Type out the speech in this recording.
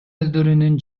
өздөрүнүн